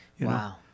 Wow